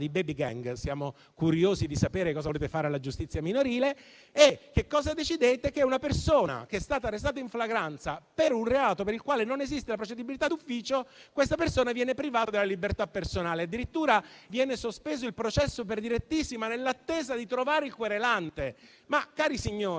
di *baby gang*, siamo curiosi di sapere cosa volete fare della giustizia minorile). Cosa decidete, dunque? Che una persona, arrestata in flagranza per un reato per il quale non esiste la procedibilità d'ufficio, dev'essere privata della libertà personale. Addirittura, viene sospeso il processo per direttissima nell'attesa di trovare il querelante. Cari signori